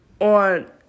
on